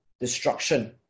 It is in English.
destruction